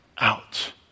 out